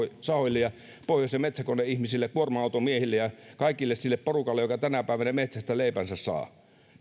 sahoille ja pohjoisen metsäkoneihmisille kuorma automiehille ja koko sille porukalle joka tänä päivänä metsästä leipänsä saa